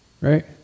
right